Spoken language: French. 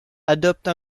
adopte